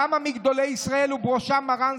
כמה מגדולי ישראל ובראשם מרן,